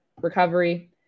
recovery